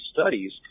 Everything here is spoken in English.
studies